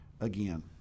Again